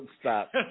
Stop